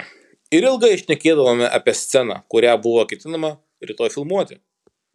ir ilgai šnekėdavome apie sceną kurią buvo ketinama rytoj filmuoti